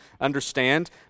understand